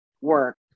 work